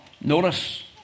Notice